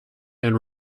and